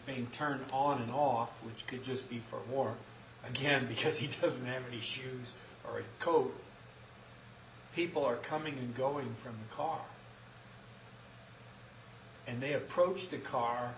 being turned on and off which could just be for more again because he has never the shoes or coat people are coming and going from the car and they approach the car